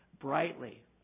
brightly